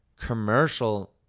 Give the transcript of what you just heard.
commercial